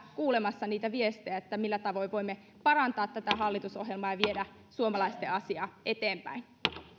kuulemassa viestejä siitä millä tavoin voimme parantaa tätä hallitusohjelmaa ja viedä suomalaisten asiaa eteenpäin